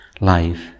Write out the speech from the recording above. life